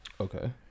Okay